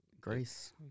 grace